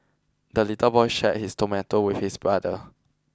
the little boy shared his tomato with his brother